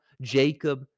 Jacob